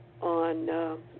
on